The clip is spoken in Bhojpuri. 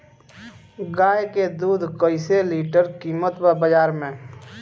गाय के दूध कइसे लीटर कीमत बा बाज़ार मे?